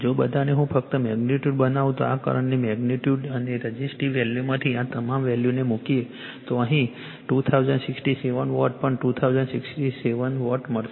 જો બધાને હું ફક્ત મેગ્નિટ્યુડ બનાવું તો આ કરંટની મેગ્નિટ્યુડ અને રઝિસ્ટીવ વેલ્યુમાંથી આ તમામ વેલ્યુને મુકીએ તો અહીં 2067 વોટ પણ 2067 વોટ મળશે